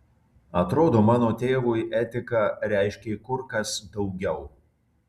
atrodo mano tėvui etika reiškė kur kas daugiau